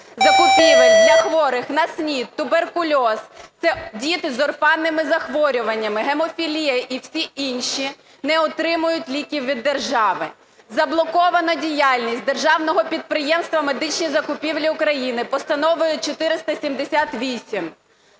закупівель для хворих на СНІД, туберкульоз, це діти з орфанними захворюваннями, гемофілія і всі інші, не отримують ліків від держави. Заблокована діяльність Державного підприємства "Медичні закупівлі України" Постановою 478.